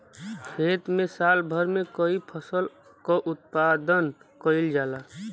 खेत में साल भर में कई फसल क उत्पादन कईल जाला